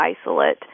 isolate